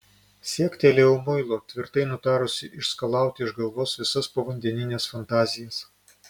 siektelėjau muilo tvirtai nutarusi išskalauti iš galvos visas povandenines fantazijas